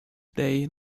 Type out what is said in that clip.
day